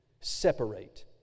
Separate